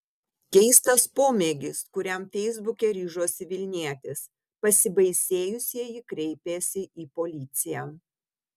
keistas pomėgis kuriam feisbuke ryžosi vilnietis pasibaisėjusieji kreipėsi į policiją